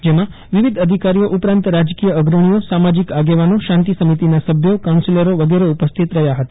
જેમાં વિવિધ અધિકારીઓ ઉપરાંત રાજકીય અગ્રણીઓ સામાજિક આગેવાનો શાંતિ સમિતિના સભ્યો કાઉન્સિલરો વગેરે ઉપસ્થિતિ રહ્યા હતા